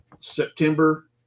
September